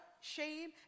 shame